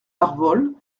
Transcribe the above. larvol